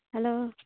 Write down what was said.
hello